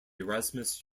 erasmus